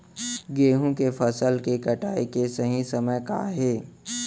गेहूँ के फसल के कटाई के सही समय का हे?